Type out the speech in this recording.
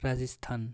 Rajasthan